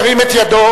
ירים את ידו.